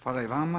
Hvala i vama.